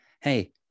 hey